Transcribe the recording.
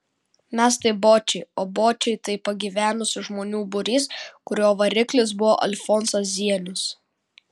mes tai bočiai o bočiai tai pagyvenusių žmonių būrys kurio variklis buvo alfonsas zienius